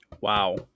Wow